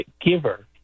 giver